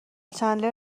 چندلر